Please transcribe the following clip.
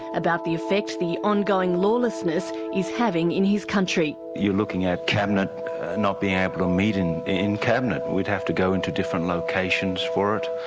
about the effects the ongoing lawlessness is having in his country. you're looking at cabinet not being able to meet in in cabinet. we'd have to go into different locations for it,